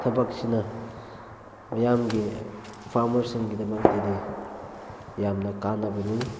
ꯊꯕꯛꯁꯤꯅ ꯃꯤꯌꯥꯝꯒꯤ ꯐꯥꯔꯃꯔꯁꯤꯡꯒꯤꯗꯃꯛꯇꯗꯤ ꯌꯥꯝꯅ ꯀꯥꯅꯕꯅꯤ